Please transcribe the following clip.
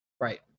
Right